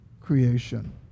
creation